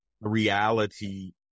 reality